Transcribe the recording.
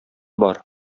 бар